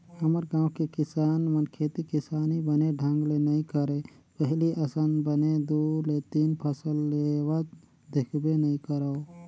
हमर गाँव के किसान मन खेती किसानी बने ढंग ले नइ करय पहिली असन बने दू ले तीन फसल लेवत देखबे नइ करव